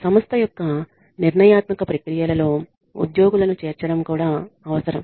సంస్థ యొక్క నిర్ణయాత్మక ప్రక్రియలలో ఉద్యోగులను చేర్చడం కూడా అవసరం